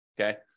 okay